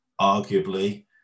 arguably